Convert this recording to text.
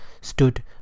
stood